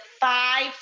five